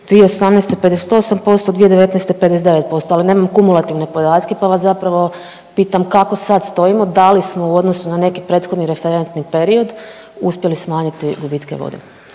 2018. 58%, 2019. 59%, ali nemam kumulativne podatke pa vas zapravo pitam kako sad stojimo? Da li smo u odnosu na neki prethodni referentni period uspjeli smanjiti gubitke vode?